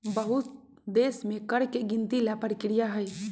बहुत देश में कर के गिनती ला परकिरिया हई